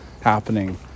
happening